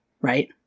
right